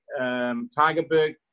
Tigerberg